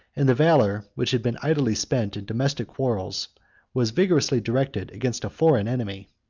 and the valor which had been idly spent in domestic quarrels was vigorously directed against a foreign enemy.